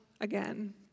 again